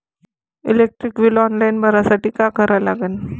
Electric bill online भरासाठी का करा लागन?